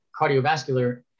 cardiovascular